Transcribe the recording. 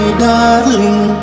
darling